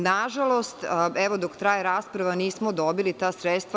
Na žalost, evo, dok traje rasprava, nismo dobili ta sredstva.